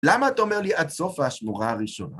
למה אתה אומר לי עד סוף ההשמורה הראשונה?